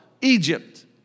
Egypt